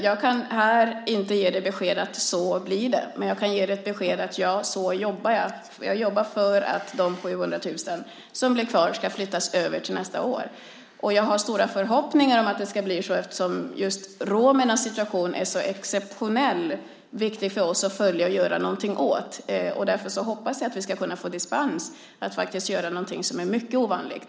Jag kan inte här ge dig beskedet att så blir det, men jag kan ge dig beskedet: Ja, så jobbar jag. Jag jobbar för att de 700 000 som blir kvar ska flyttas över till nästa år, och jag har stora förhoppningar om att det ska bli så eftersom just romernas situation är så exceptionellt viktig för oss att följa och göra något åt. Därför hoppas jag att vi ska kunna få dispens för att faktiskt göra något som är mycket ovanligt.